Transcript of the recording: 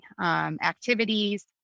activities